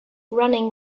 running